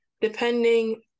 depending